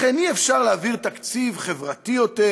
לכן אי-אפשר להעביר תקציב חברתי יותר,